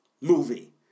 movie